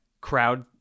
crowd